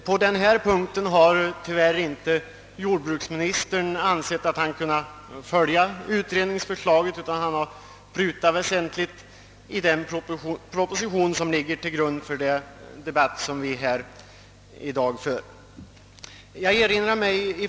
På denna punkt har jordbruksministern tyvärr inte ansett sig kunna följa utredningens förslag, utan har prutat väsentligt i den proposition som ligger till grund för dagens debatt.